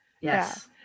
Yes